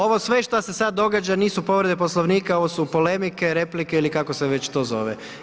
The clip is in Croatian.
Ovo sve što se sada događa nisu povrede Poslovnika ovo su polemike, replike ili kako se to već zove.